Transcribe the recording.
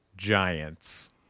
Giants